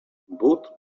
both